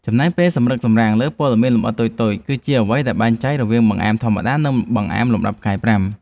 ចំណាយពេលសម្រិតសម្រាំងលើព័ត៌មានលម្អិតតូចៗ គឺជាអ្វីដែលបែងចែករវាងបង្អែមធម្មតា និងបង្អែមលំដាប់ផ្កាយប្រាំ។